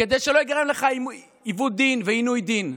כדי שלא ייגרם לך עיוות דין ועינוי דין.